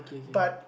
but